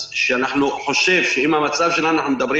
אז אני חושב שאם המצב שלנו אנחנו מדברים